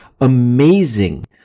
amazing